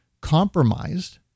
compromised